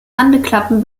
landeklappen